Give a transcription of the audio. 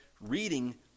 reading